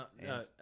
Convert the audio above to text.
No